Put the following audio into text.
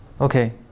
Okay